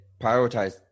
Prioritize